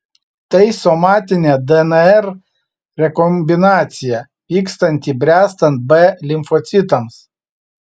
tai somatinė dnr rekombinacija vykstanti bręstant b limfocitams